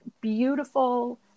beautiful